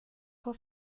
vor